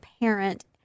parent